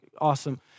Awesome